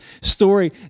story